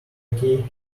key